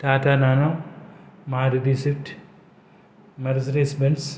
Tata Nano Maruti Swift Mercedes Benz